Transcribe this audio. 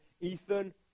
Ethan